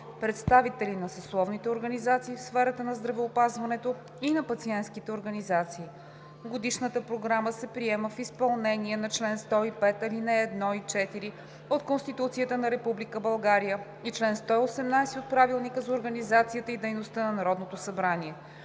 представители на съсловните организации в сферата на здравеопазването и на пациентските организации. Годишната програма се приема в изпълнение на чл. 105, ал. 1 и 4 от Конституцията на Република България и чл. 118 от Правилника за организацията и дейността на Народното събрание.